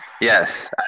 Yes